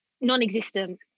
non-existent